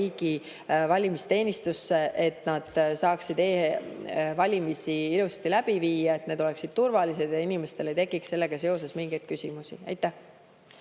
riigi valimisteenistusse, et nad saaksid e-valimised ilusasti läbi viia, et need oleksid turvalised ja inimestel ei tekiks sellega seoses mingeid küsimusi. Ja